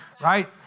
Right